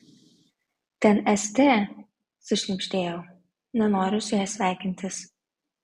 ten st sušnibždėjau nenoriu su ja sveikintis